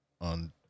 On